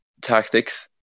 tactics